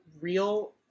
real